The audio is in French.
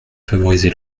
favoriser